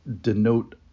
denote